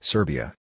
Serbia